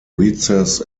recess